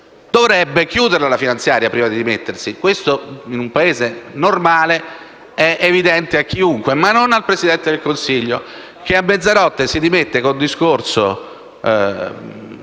dovrebbe chiudere la finanziaria prima di dimettersi. In un Paese normale è evidente a chiunque, ma non lo è al Presidente del Consiglio, che a mezzanotte si dimette con un discorso